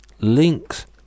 links